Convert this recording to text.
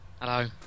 Hello